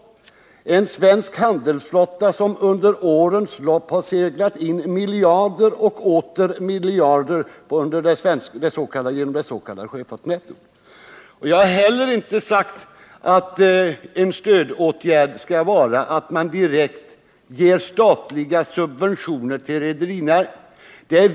Den svenska handelsflottan har under årens lopp seglat in miljarder och åter miljarder genom det s.k. sjöfartsnettot. Jag har inte heller sagt att en stödåtgärd skall vara att man ger statliga subventioner direkt till rederinäringen.